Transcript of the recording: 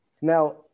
Now